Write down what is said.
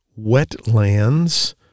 wetlands